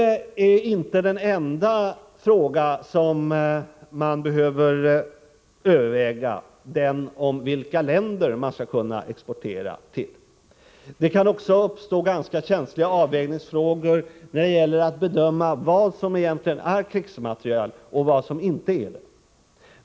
Vilka länder som Sverige skall kunna exportera till är inte den enda fråga som man behöver överväga. Det kan också uppstå ganska känsliga avvägningsfrågor när det gäller att bedöma vad som egentligen är krigsmateriel.